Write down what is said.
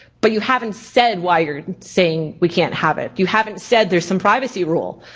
but you haven't said why you're saying we can't have it. you haven't said there's some privacy rule.